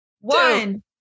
One